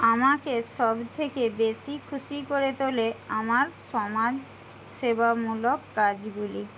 আমাকে সবথেকে বেশি খুশি করে তোলে আমার সমাজসেবামূলক কাজগুলি